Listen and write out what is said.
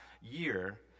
year